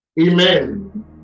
Amen